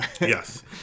Yes